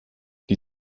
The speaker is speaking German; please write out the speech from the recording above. die